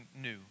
new